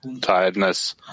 tiredness